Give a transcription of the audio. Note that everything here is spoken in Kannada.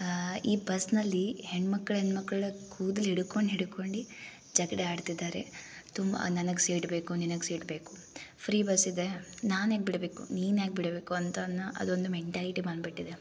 ಈ ಬಸ್ನಲ್ಲಿ ಹೆಣ್ಣು ಮಕ್ಳು ಹೆಣ್ ಮಕ್ಳು ಕೂದ್ಲು ಹಿಡ್ಕೊಂಡು ಹಿಡ್ಕೊಂಡು ಜಗಳ ಆಡ್ತಿದಾರೆ ತುಂಬ ನನಗೆ ಸೀಟ್ ಬೇಕು ನಿನಗೆ ಸೀಟ್ ಬೇಕು ಫ್ರೀ ಬಸ್ ಇದೆ ನಾನು ಯಾಕೆ ಬಿಡ್ಬೇಕು ನೀನು ಯಾಕೆ ಬಿಡ್ಬೇಕು ಅಂತಂದು ಅದೊಂದು ಮೆಂಟಾಲಿಟಿ ಬಂದು ಬಿಟ್ಟಿದೆ